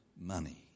money